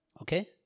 Okay